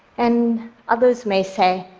and others may say,